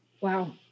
Wow